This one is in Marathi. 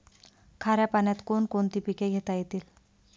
खाऱ्या पाण्यात कोण कोणती पिके घेता येतील?